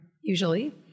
usually